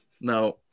Now